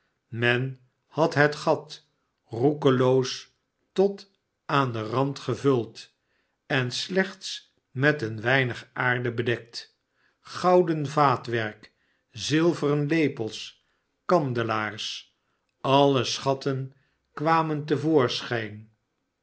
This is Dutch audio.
men had het gat roekeloos tot aan den rand gevuld en slechts met een weinig aarde bedekt gouden vaatwerk zilveren lepels kandelaars alle schatten kwamen